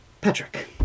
Patrick